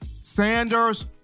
Sanders